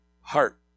heart